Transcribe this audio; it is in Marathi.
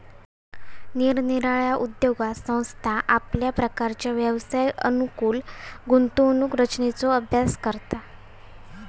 निरनिराळ्या उद्योगात संस्था आपल्या प्रकारच्या व्यवसायास अनुकूल गुंतवणूक रचनेचो उपयोग करता